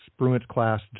Spruance-class